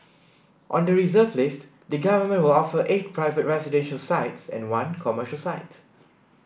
on the reserve list the government will offer eight private residential sites and one commercial site